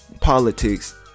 politics